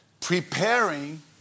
preparing